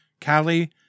Callie